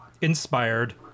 inspired